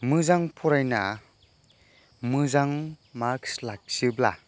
मोजां फरायना मोजां मार्कस लाखियोब्ला